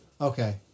okay